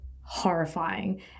horrifying